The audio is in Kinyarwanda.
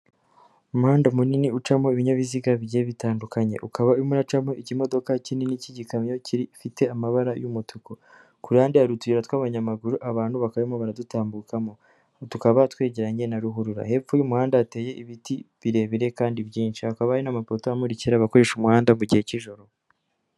Umuhanda munini ucamo ibinyabiziga bigiye bitandukanye, ukaba urimo uracamo ikimodoka kinini cy'ikamyo kifite amabara y'umutuku ku ruhande hari utura tw'abanyamaguru abantu bakayemo baradutambukamo tukaba twegeranye na ruhurura hepfo y'umuhanda hateye ibiti birebire kandi byinshi hakaba hari n'amapoto amurikira abakoresha umuhanda mu gihe cy'ijoro.